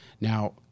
now